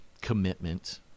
commitment